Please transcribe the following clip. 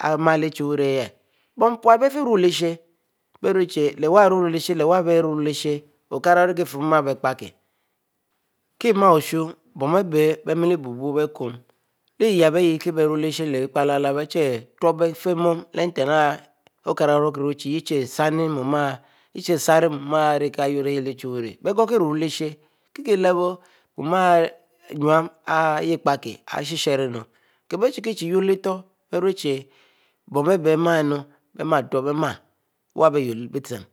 yurro leh|chie wurrie leh, bn pute bie ruoo leh-isheh bie ruechieh okara orieh fieh mu bie pie kieh, kie miel bushu, bn-arieh bieh miel bubuie beieh kuumu, leh yebur arikieh puteb biefieh miel mu leh-nten arieh okara, chie yeh chie s'senni mu sarri mu, bieko rurueih leh-lyishe, kileb nnue. aieh epikie kie bechie-chiekieh yurro lehtur, bie ruchi bon aribiemiel nu, bie na utebo-mieh yah bie yurro leh bieuh.